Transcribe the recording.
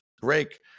break